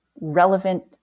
relevant